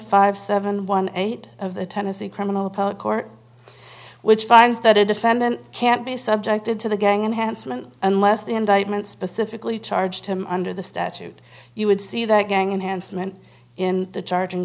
five seven one eight of the tennessee criminal court which finds that a defendant can't be subjected to the gang and handsome and unless the indictment specifically charged him under the statute you would see that gang enhanced men in the charging